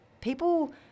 people